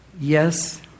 Yes